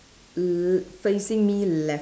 l~ facing me left